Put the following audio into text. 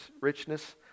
richness